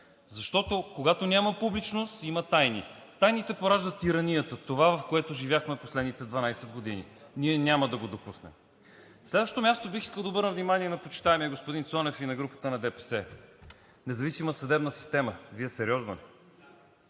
Защото, когато няма публичност, има тайни. Тайните пораждат тиранията – това, в което живяхме последните 12 години. Ние няма да го допуснем! На следващо място, бих искал да обърна внимание на почитаемия господин Цонев и на групата на ДПС. Независима съдебна система! Вие сериозно ли?!